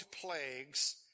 plagues